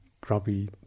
grubby